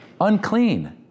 Unclean